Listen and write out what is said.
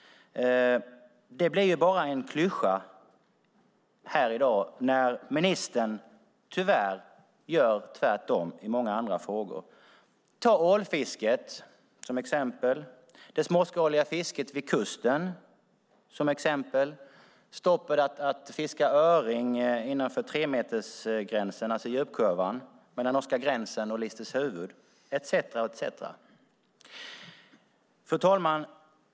Det blir dock bara en klyscha här i dag, när ministern tyvärr gör tvärtom i många andra frågor. Ta ålfisket som exempel, eller det småskaliga fisket vid kusten! Det gäller även stoppet för att fiska öring innanför tremetersgränsen, alltså djupkurvan, mellan norska gränsen och Listershuvud etcetera. Fru talman!